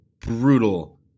brutal